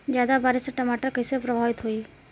ज्यादा बारिस से टमाटर कइसे प्रभावित होयी?